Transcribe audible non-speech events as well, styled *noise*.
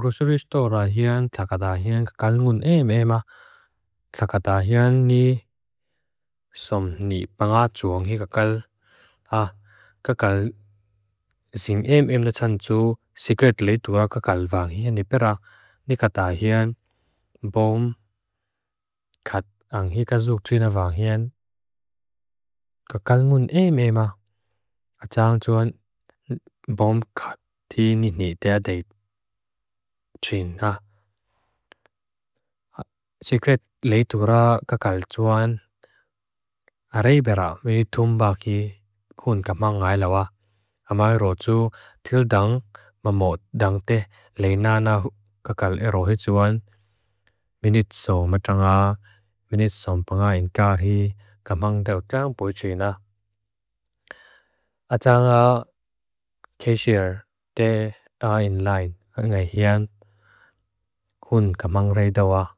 ḳusiristo ra hyan thakata hyan kakal mun eem eema. *hesitation* Thakata hyan ni som ni pangatuang hi kakal. *hesitation* Ha, kakal sin eem eem la tsantsu sigret liitua kakal vang hyan ipera. *hesitation* Ni kata hyan *hesitation* bom kat ang hi kazuk trina vang hyan. Ha, kakal mun eem eema, *hesitation* tsantsuan *hesitation* bom *hesitation* kat ti nini tia deit *hesitation* trina. *hesitation* Sigret liitua kakal tsuan *hesitation* are ipera minitumbaki khun kamang ngay lawa. *hesitation* Amairotsu tildang mamod dang teh leinana kakal erohi tsuan. *hesitation* Minitso matanga minitsom pangain kahi kamang dau tsang pui trina. *hesitation* Atsanga keshir te ayin lain. *hesitation* Ha, ngay hyan khun kamang reidawa.